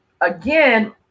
again